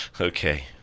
Okay